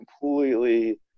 completely